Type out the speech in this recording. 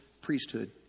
priesthood